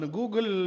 Google